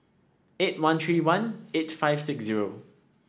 eight one three one eight five six zero